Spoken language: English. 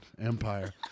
Empire